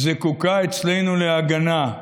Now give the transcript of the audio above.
זקוקה אצלנו להגנה,